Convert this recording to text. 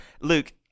Luke